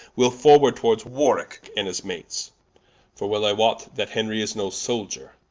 wee'le forward towards warwicke, and his mates for well i wot, that henry is no souldier.